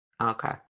okay